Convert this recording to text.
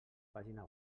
pàgina